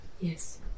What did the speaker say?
Yes